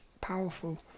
powerful